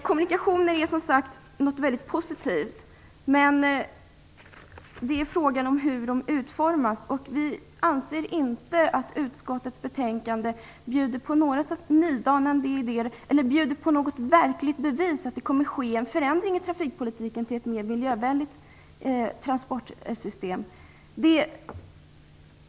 Kommunikationer är som sagt något väldigt positivt, men frågan är hur de utformas. Vi anser inte att utskottets betänkande bjuder på några nydanande idéer eller på något verkligt bevis på att det kommer att ske en förändring i trafikpolitiken till ett mer miljövänligt transportsystem.